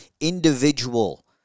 individual